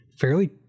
fairly